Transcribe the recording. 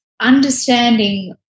understanding